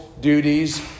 duties